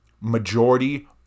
majority